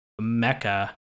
mecca